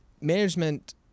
management